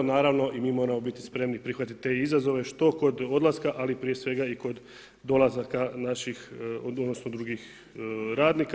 Naravno i mi moramo biti spremni i prihvatiti te izazove, što kod odlaska ali i prije svega i kod dolazaka naših, odnosno drugih radnika.